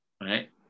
right